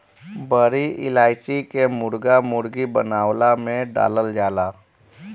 बड़ी इलायची के मुर्गा मुर्गी बनवला में डालल जाला